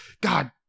God